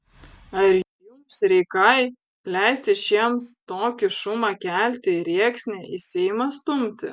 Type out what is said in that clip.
ar jums reikai leisti šiems tokį šumą kelti ir rėksnę į seimą stumti